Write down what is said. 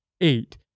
eight